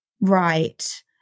right